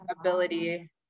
ability